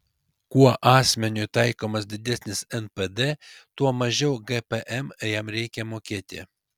kuo asmeniui taikomas didesnis npd tuo mažiau gpm jam reikia mokėti